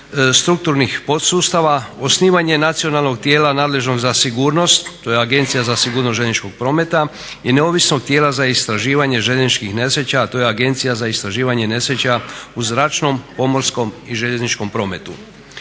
strukturnih podsustava, osnivanje nacionalnog tijela nadležnog za sigurnost, to je Agencija za sigurnost željezničkog prometa i neovisnog tijela za istraživanje željezničkih nesreća, a to je Agencija za istraživanje nesreća u zračnom, pomorskom i željezničkom prometu.